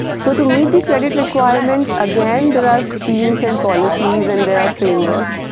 so, to meet the credit requirements again there are schemes and policies and there are frameworks,